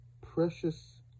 precious